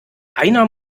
einer